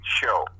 show